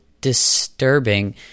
disturbing